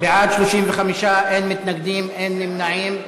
בעד, 35, אין מתנגדים, אין נמנעים.